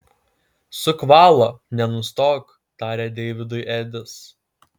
suk valą nenustok tarė deividui edis